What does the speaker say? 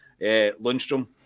Lundstrom